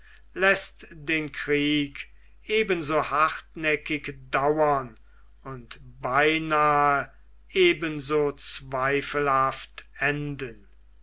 läßt den krieg eben so hartnäckig dauern und beinahe eben so zweifelhaft enden